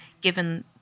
given